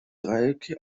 dreiecke